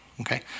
okay